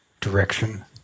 direction